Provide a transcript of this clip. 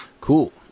Cool